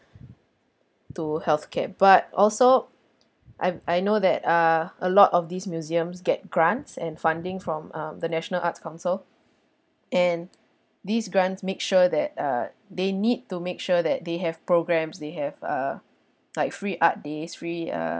to healthcare but also I I know that ah a lot of these museums get grants and funding from um the national arts council and these grants make sure that uh they need to make sure that they have programmes they have uh like free art days free uh